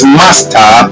master